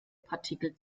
partikel